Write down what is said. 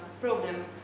problem